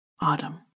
Autumn